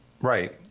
right